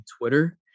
Twitter